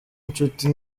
inshuti